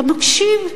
אתה מקשיב.